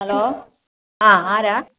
hello ആ ആരാണ്